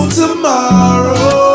tomorrow